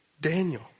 Daniel